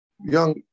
young